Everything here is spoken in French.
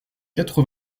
quatre